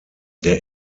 der